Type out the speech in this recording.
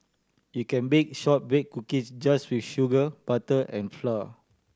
you can bake shortbread cookies just with sugar butter and flour